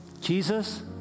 Jesus